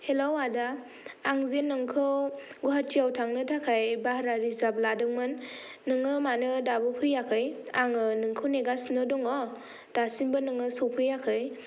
hello आदा आंजे नोंखौ गुवाहाटीयाव थांनो थाखाय भारा रिजाब लादोंमोन नोङो मानो दाबो फैयाखै आङो नोंखौ नेगासिनो दङ दासिमबो नोङो सफैयाखै